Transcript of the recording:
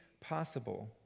possible